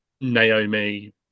Naomi